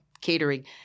catering